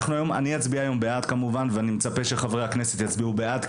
אני אצביע היום בעד וגם מצפה שחברי הכנסת יצביעו בעד,